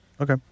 Okay